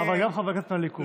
אבל גם חברי כנסת מהליכוד.